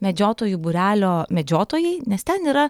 medžiotojų būrelio medžiotojai nes ten yra